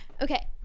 Okay